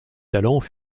talents